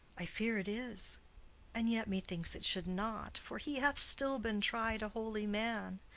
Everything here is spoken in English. i fear it is and yet methinks it should not, for he hath still been tried a holy man.